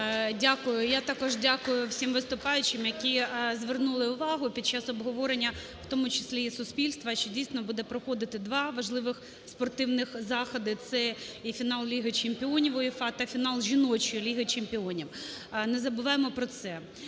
Я також дякую всім виступаючим, які звернули увагу під час обговорення в тому числі і суспільства, що, дійсно, буде проходити два важливих спортивних заходи: це і фінал Ліги Чемпіонів УЄФА та фінал жіночої Ліги Чемпіонів. Не забуваймо про це.